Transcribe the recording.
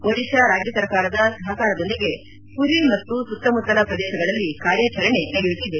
ಒಡಿಶಾ ರಾಜ್ಯ ಸರ್ಕಾರದ ಸಹಕಾರದೊಂದಿಗೆ ಮರಿ ಮತ್ತು ಸುತ್ತಮುತ್ತಲ ಪ್ರದೇಶಗಳಲ್ಲಿ ಕಾರ್ಯಾಚರಣೆ ನಡೆಯುತ್ತಿದೆ